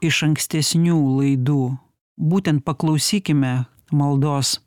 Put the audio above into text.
iš ankstesnių laidų būtent paklausykime maldos